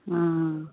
हाँ हाँ